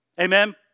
Amen